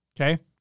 Okay